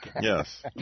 Yes